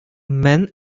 men